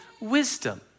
wisdom